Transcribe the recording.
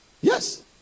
Yes